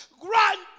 grant